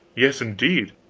yes, indeed!